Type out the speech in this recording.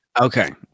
Okay